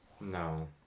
No